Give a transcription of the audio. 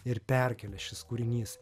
ir perkelia šis kūrinys